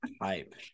hype